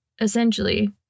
Essentially